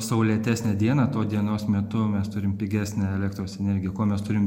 saulėtesnę dieną tuo dienos metu mes turim pigesnę elektros energiją kuo mes turim